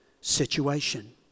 situation